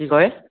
কি কয়